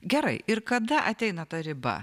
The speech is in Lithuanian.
gerai ir kada ateina ta riba